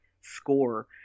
score